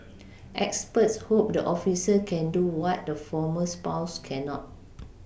experts hope the officer can do what the former spouse cannot